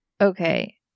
Okay